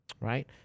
right